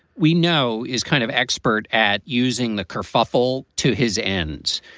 we know is kind of expert at using the kerfuffle to his ends.